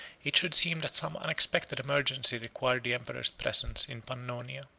it should seem that some unexpected emergency required the emperor's presence in pannonia.